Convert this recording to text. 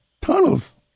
tunnels